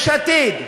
יש עתיד,